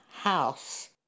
House